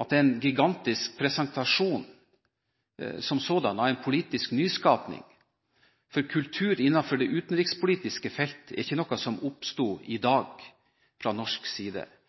at det er en gigantisk presentasjon som sådan av en politisk nyskapning – for kultur innenfor det utenrikspolitiske feltet er ikke noe som fra norsk side oppsto i dag.